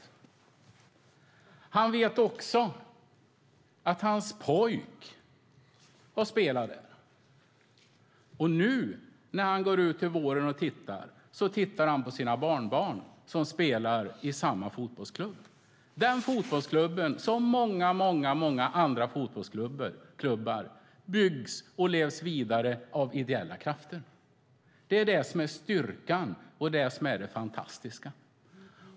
Dessutom vet han att hans son spelat där. När Ingemar Svensson nu i vår går ut och tittar på matcher tittar han på sina barnbarn som spelar i samma fotbollsklubb - den fotbollsklubb som liksom så många andra fotbollsklubbar byggts och leds vidare av ideella krafter. Det är detta som är styrkan och det som är det fantastiska.